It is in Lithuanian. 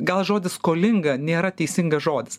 gal žodis skolinga nėra teisingas žodis